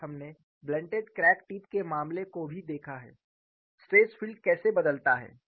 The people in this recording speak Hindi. और हमने ब्लंटेड क्रैक टिप के मामले को भी देखा है स्ट्रेस फील्ड कैसे बदलता है